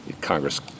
Congress